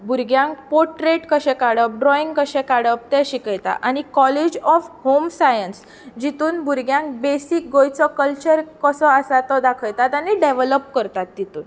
भुरग्यांक पाॅट्रेट कशें काडप ड्रोयींग कशें काडप तें शिकयता आनी काॅलेज ऑफ होम सायन्स जितून भुरग्यांक बेसीक गोंयचो कल्चर कसो आसा तो दाखयतात आनी डेव्हेलाॅप करता तितूंत